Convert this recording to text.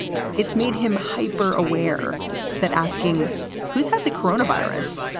it's made him hyper aware that asking who's had the corona virus?